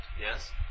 Yes